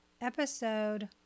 Episode